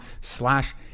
slash